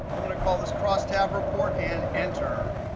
i'm going to call this crosstab report and enter.